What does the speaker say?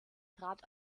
trat